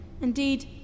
Indeed